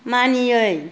मानियै